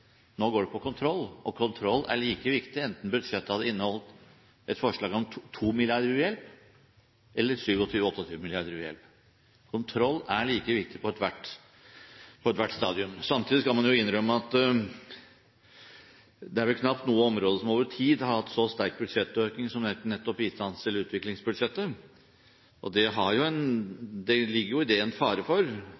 nå går den på kontroll – og kontroll er like viktig enten budsjettet hadde inneholdt et forslag om 2 mrd. kr i u-hjelp eller 27–28 mrd. kr. i u-hjelp. Kontroll er like viktig på ethvert stadium. Samtidig skal det innrømmes at det er vel knapt noe område som over tid har hatt en så sterk budsjettøkning som nettopp utviklingsbudsjettet, og i det ligger det jo en